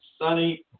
sunny